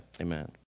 amen